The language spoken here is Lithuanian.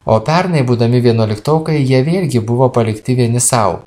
o pernai būdami vienuoliktokai jie vėlgi buvo palikti vieni sau